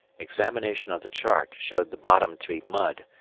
examination of the chart, showed the bottom to be mud,